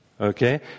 okay